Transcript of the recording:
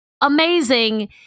amazing